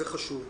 זה חשוב.